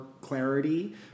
clarity